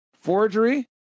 forgery